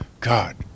God